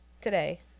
today